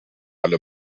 alle